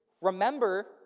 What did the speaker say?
Remember